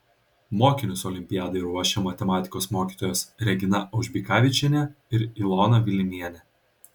mokinius olimpiadai ruošė matematikos mokytojos regina aužbikavičienė ir ilona vilimienė